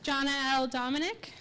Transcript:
john out dominic